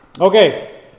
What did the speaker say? okay